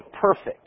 perfect